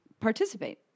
participate